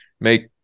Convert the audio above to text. make